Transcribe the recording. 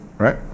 right